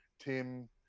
Tim